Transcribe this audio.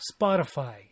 Spotify